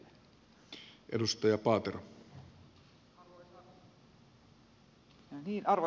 arvoisa herra puhemies